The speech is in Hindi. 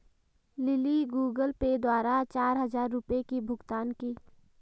लिली गूगल पे द्वारा चार हजार रुपए की भुगतान की